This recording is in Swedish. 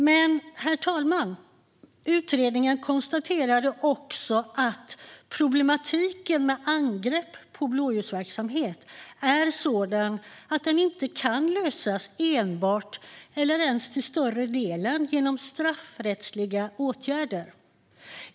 Men, herr talman, utredningen konstaterade också att problematiken med angrepp på blåljusverksamhet är sådan att den inte kan lösas enbart eller ens till större delen genom straffrättsliga åtgärder.